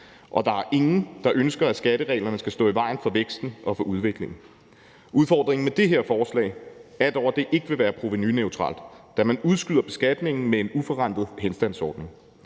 og der er ingen, der ønsker, at skattereglerne skal stå i vejen for væksten og for udviklingen. Udfordringen med det her forslag er dog, at det ikke vil være provenuneutralt, da man udskyder beskatningen med en uforrentet henstandsordning.